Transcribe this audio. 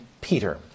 Peter